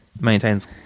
maintains